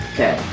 Okay